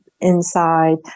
inside